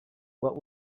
what